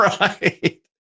Right